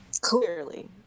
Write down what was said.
Clearly